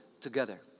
together